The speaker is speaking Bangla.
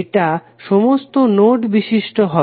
এটা সমস্ত নোড বিশিষ্ট হবে